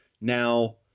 Now